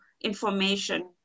information